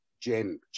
GEM